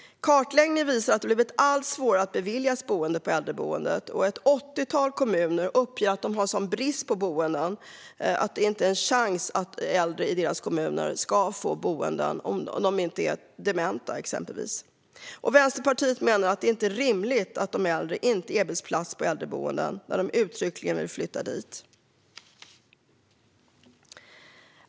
Kartläggningar visar att det har blivit allt svårare att beviljas boende på äldreboenden, och ett 80-tal kommuner uppger att de har en sådan brist på boenden att det inte finns en chans att äldre i deras kommuner ska få boenden om de inte är exempelvis dementa. Vänsterpartiet menar att det inte är rimligt att de äldre inte erbjuds plats på äldreboenden när de uttryckligen vill flytta dit.